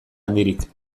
handirik